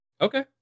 Okay